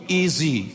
easy